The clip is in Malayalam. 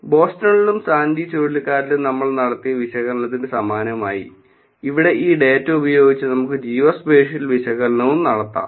ബോസ്റ്റണിലും സാൻഡി ചുഴലിക്കാറ്റിലും നമ്മൾ നടത്തിയ വിശകലനത്തിന് സമാനമായി ഇവിടെ ഈ ഡാറ്റ ഉപയോഗിച്ച് നമുക്ക് ജിയോസ്പേഷ്യൽ വിശകലനവും നടത്താം റഫർ സമയം 0822